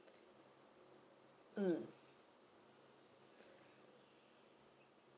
mm